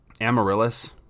Amaryllis